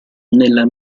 nella